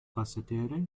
basseterre